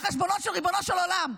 לא עושה חשבונות של ריבונו של עולם,